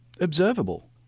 Observable